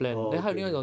orh okay okay